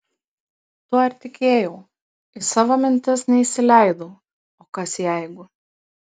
tuo ir tikėjau į savo mintis neįsileidau o kas jeigu